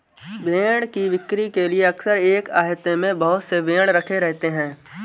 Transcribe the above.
भेंड़ की बिक्री के लिए अक्सर एक आहते में बहुत से भेंड़ रखे रहते हैं